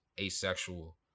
asexual